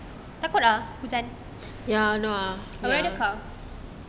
takut ah macam I rather car